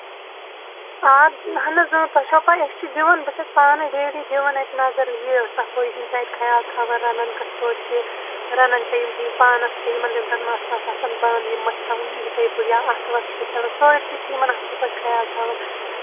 آ اَہن حظ اۭں تۄہہِ چھو پاے أسۍ چھِ دِوان بہٕ چھَس پانے ڈیلی دِوان اَتہِ نظر یہِ صفٲیی ہِنٛدۍ چھِ اَتہِ خیال تھاوان رَنان کِتھ پٲٹھۍ چھِ رَنان چھا یِم ٹھیٖک پانَس چھا یِمَن تَمہِ ساتہٕ مَس وَس آسان بنٛد یِم ما چھِ تھاوان یِتھے پٲٹھۍ یا اَتھٕ وَتھ چھا چھَلان سٲرسٕے چھِ یِمَن اَصٕل پٲٹھۍ خیال تھاوان